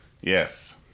Yes